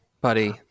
Buddy